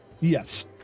Yes